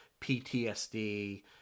PTSD